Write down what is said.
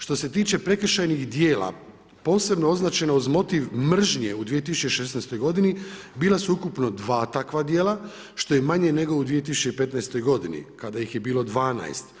Što se tiče prekršajnih djela, posebno označeno uz motiv mržnje u 2016. godini, bila su ukupno 2 takva djela što je manje nego u 2015. godini kada ih je bilo 12.